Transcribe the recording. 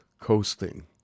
Coasting